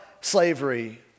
slavery